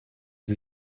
sie